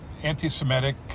anti-Semitic